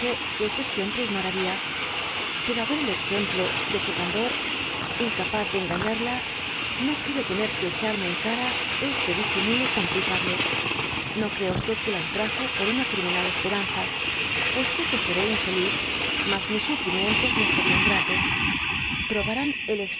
que í siempre ignoraría pero al ver el exemplo de su candor incapaz de engañarla no quiero tener s que echarme en cara este disimulo tan culpable no crea que la ultrajo por una crimi nal esperanza pues sé que seré infeliz mas mis sufrimientos me serán gratos probarán el